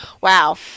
wow